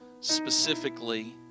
specifically